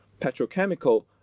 petrochemical